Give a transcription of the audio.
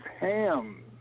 Ham